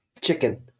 chicken